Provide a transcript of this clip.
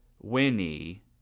Winnie